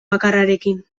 bakarrarekin